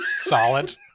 solid